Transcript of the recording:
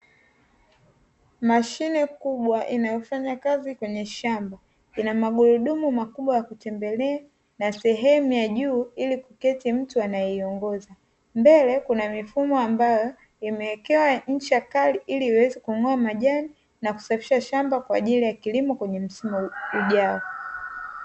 Mashine kubwa inayofanya kazi kwenye shamba inamagurudumu makubwa ya kutembelea na sehemu ya juu ili kuketi mtu anayeiongoza, mbele kuna mifumo ambayo imewekewa ncha kali ili iweze kung'oa majani na kusafisha shamba kwa ajili ya kilimo kwenye msimu ujao.